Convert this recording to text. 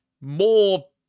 more